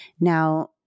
Now